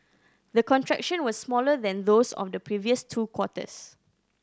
the contraction was smaller than those of the previous two quarters